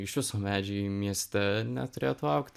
iš viso medžiai mieste neturėtų augt